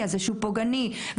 נכון שיש סעיפים מסוימים מושחרים,